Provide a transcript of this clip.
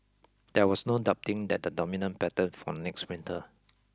there was no doubting that the dominant pattern for next winter